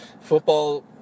Football